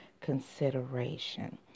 consideration